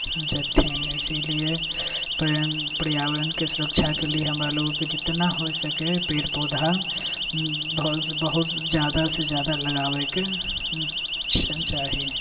जेथिन इसीलिए पर्यावरणके सुरक्षाके लिए हमरा लोकके जतना होइ सकै पेड़ पौधा बहुत ज्यादासँ ज्यादा लगाबैके चाही